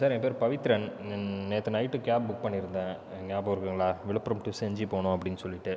sir என் பெயரு பவித்ரன் நேத்து நைட் கேப் புக் பண்ணிருந்தன் நியாபகம் இருக்குதுங்களா விழுப்புரம் டூ செஞ்சி போணும்னு அப்படின்னு சொல்லிகிட்டு